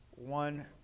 one